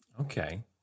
Okay